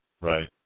Right